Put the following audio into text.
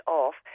off